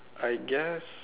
I guess